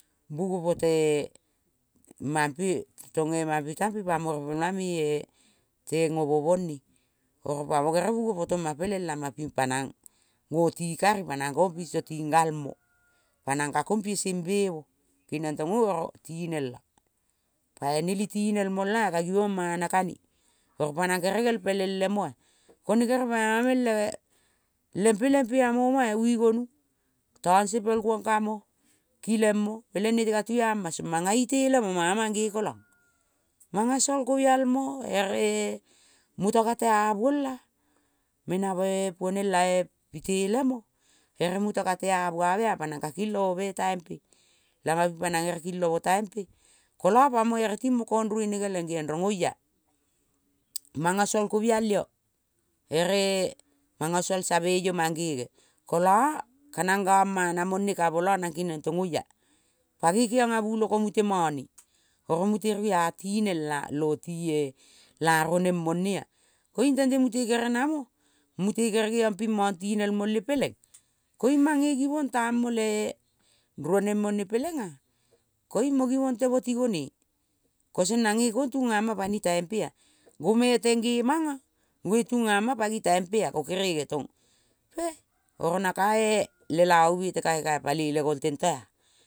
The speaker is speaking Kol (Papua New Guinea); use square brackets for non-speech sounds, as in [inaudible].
Bugo potoe mampe tonge mampe tang pi pamo [unintelligible] me-e teng omo mone. Oro pamo gere bugo potoma peleng lamapi panang ngoti kari panang kong pinso ting galmo. Panang ka kompie sembe mo. Keniong to [hesitation] oro tinel la. Pai neli tinel mola-a ka givong mana kane oro pa nang gere ngempelel lemoa. Kone gere paima meng le lempe lempe amoma-a. Vi gonu, tong se pel kuong kamo, kilengmo peleng nete ka tuiama song manga itelemo manga mange kolang. Manga sal kovial mo ere muta katea buola. Menae puonel lae pite lemo ere muta kata buavea. Panang ka kilo mome taimpe. Lamaping panang ere kilomo taimpe kola pamo ereti mo kong ruene geleng rong oia manga sol kovial lo ere manga sol savee io mang gene. Kola kanang gang mana mone kamo la nang kiniong tong oia. Pangoi kengiong a buloko mute mone oro mute ruia tinel ia, lotie la roneng monea. Koiung tente mute kere namo mute kere giong ping mang tinel mole peleng koiung mange givong tam mo le roneng mone pelenga koiung mo givong temo ti gonie. Kosong nange kong nange kong tunga ma pani taimpea. Gome teng ge manga ngoe tongama pangi taimpea. Ko kerenge tong pe oro nakae lelavu bete kae. Kae paloi le gol tento-a.